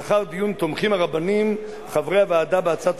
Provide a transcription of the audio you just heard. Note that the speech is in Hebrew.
לאחר דיון תומכים הרבנים חברי הוועדה בהצעת